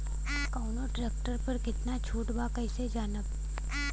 कवना ट्रेक्टर पर कितना छूट बा कैसे जानब?